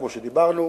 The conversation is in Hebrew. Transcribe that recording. כמו שדיברנו.